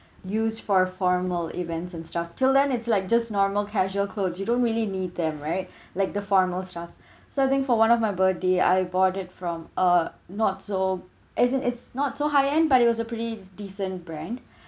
used for formal events and stuff till then it's like just normal casual clothes you don't really need them right like the formal stuff so thing for one of my birthday I bought it from uh not so as in it's not so high end but it was a pretty decent brand